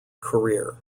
career